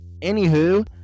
anywho